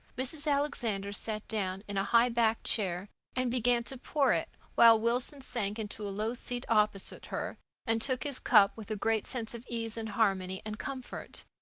mrs. alexander sat down in a high-backed chair and began to pour it, while wilson sank into a low seat opposite her and took his cup with a great sense of ease and harmony and comfort.